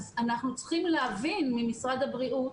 אז אנחנו צריכים להבין ממשרד הבריאות